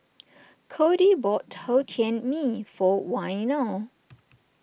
Codie bought Hokkien Mee for Waino